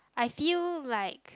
I feel like